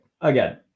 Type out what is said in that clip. Again